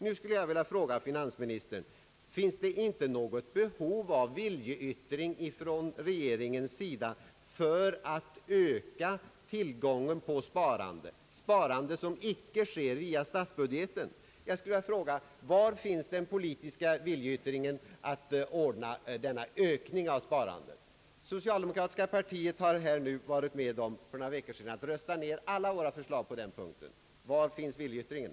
Nu skulle jag vilja fråga finansministern: Finns det inte något behov av viljeyttring från regeringens sida för att öka tillgången på sådant sparande som icke åstadkommes via statsbudgeten? Socialdemokratiska partiet har ju för några veckor sedan varit med om att rösta ner alla våra förslag på den punkten. Var finns den politiska viljeyttringen när det gäller att åstadkomma denna ökning av sparandet?